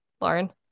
lauren